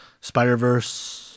Spider-Verse